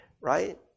right